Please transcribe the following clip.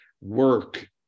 work